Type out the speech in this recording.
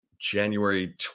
January